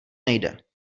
nejde